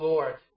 Lord